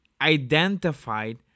identified